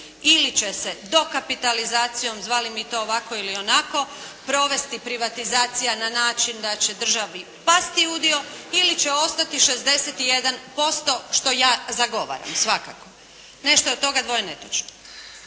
Ili će se dokapitalizacijom, zvali mi to ovako ili onako, provesti privatizacija na način da će državi pasti udio ili će ostati 61%, što ja zagovaram. Svakako. Nešto je od toga dvoje netočno.